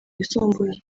yisumbuye